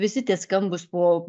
visi tie skambūs po